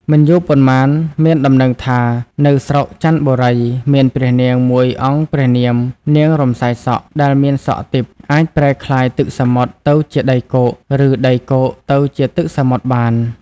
មិនយូរប៉ុន្មាន មានដំណឹងថា នៅស្រុកចន្ទបុរី មានព្រះនាងមួយអង្គព្រះនាម នាងរំសាយសក់ ដែលមានសក់ទិព្វ អាចប្រែក្លាយទឹកសមុទ្រទៅជាដីគោក ឬដីគោកទៅជាទឹកសមុទ្របាន។